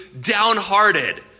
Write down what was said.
downhearted